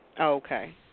Okay